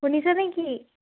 শুনিছেনে কি